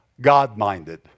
God-minded